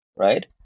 Right